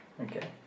Okay